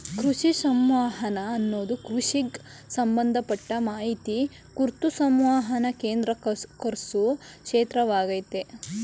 ಕೃಷಿ ಸಂವಹನ ಅನ್ನದು ಕೃಷಿಗ್ ಸಂಬಂಧಪಟ್ಟ ಮಾಹಿತಿ ಕುರ್ತು ಸಂವಹನನ ಕೇಂದ್ರೀಕರ್ಸೊ ಕ್ಷೇತ್ರವಾಗಯ್ತೆ